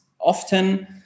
often